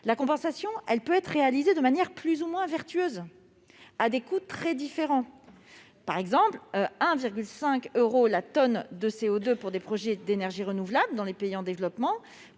La compensation peut être réalisée de manière plus ou moins vertueuse, à des coûts très différents. Par exemple, 1,5 euro la tonne de CO2 pour des projets d'énergies renouvelables dans les pays en développement,